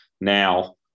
Now